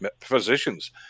physicians